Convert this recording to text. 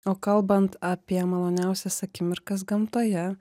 o kalbant apie maloniausias akimirkas gamtoje